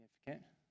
significant